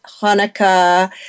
Hanukkah